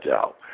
out